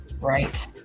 Right